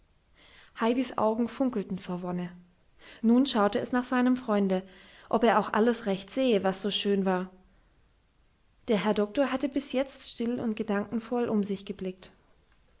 heidis augen funkelten vor wonne nun schaute es nach seinem freunde ob er auch alles recht sehe was so schön war der herr doktor hatte bis jetzt still und gedankenvoll um sich geblickt